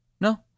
No